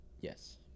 Yes